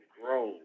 grow